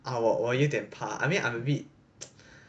啊我我有点怕 I mean I'm a bit